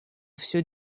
все